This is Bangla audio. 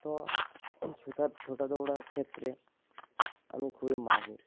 তো ছোটা দৌড়ার ক্ষেত্রে আমি খুবই মাহির